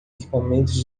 equipamentos